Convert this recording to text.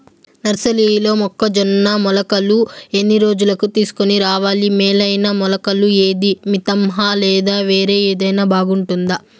నర్సరీలో మొక్కజొన్న మొలకలు ఎన్ని రోజులకు తీసుకొని రావాలి మేలైన మొలకలు ఏదీ? మితంహ లేదా వేరే ఏదైనా బాగుంటుందా?